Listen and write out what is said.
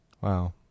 Wow